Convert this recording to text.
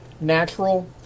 Natural